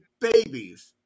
babies